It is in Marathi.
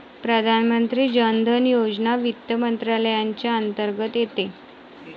प्रधानमंत्री जन धन योजना वित्त मंत्रालयाच्या अंतर्गत येते